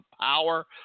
power